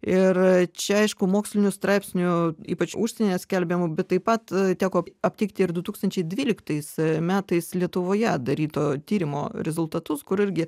ir čia aišku mokslinių straipsnių ypač užsienyje skelbiamų bet taip pat teko aptikti ir du tūkstančiai dvyliktais metais lietuvoje daryto tyrimo rezultatus kur irgi